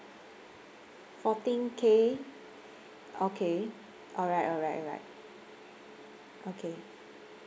fourteen K okay alright alright alright okay